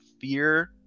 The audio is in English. fear